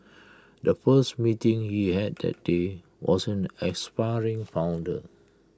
the first meeting he had that day was with an aspiring founder